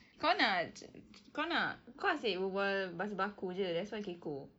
kau nak kau nak kau asyik berbual bahasa baku jer that's why kekok